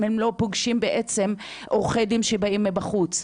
הם לא פוגשים בעצם עורכי דין שבאים מבחוץ?